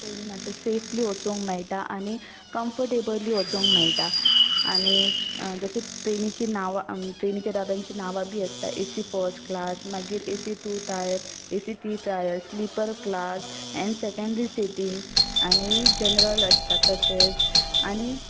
ट्रेनीन अशें सेफली वचूंक मेळटा आनी कम्फर्टेबली वचोंक मेळटा आनी जशें ट्रेनीची नांवां ट्रेनीच्या डब्यांचीं नांवां बी आसता ए सी फस्ट क्लास मागीर A C two tier A C three tier sleeper class and secondary sitting आनी जनरल आसता तशेंच आनी